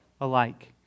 alike